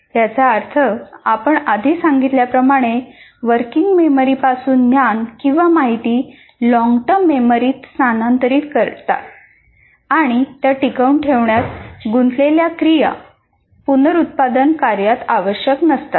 याचा अर्थ आपण आधी सांगितल्याप्रमाणे वर्किंग मेमरी पासून ज्ञान किंवा माहिती लॉंगटर्म मेमरीत स्थानांतरित करण्यात आणि त्या टिकवून ठेवण्यात गुंतलेल्या क्रिया पुनरुत्पादन कार्यात आवश्यक नसतात